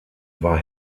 war